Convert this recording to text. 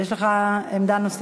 אז אני רוצה להגיד עמדה.